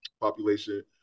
population